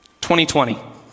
2020